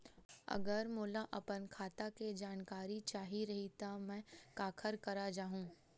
अगर मोला अपन खाता के जानकारी चाही रहि त मैं काखर करा जाहु?